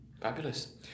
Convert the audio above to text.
Fabulous